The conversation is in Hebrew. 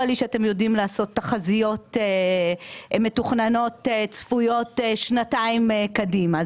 לי שאתם יודעים לעשות תחזיות מתוכננות צפויות שנתיים קדימה.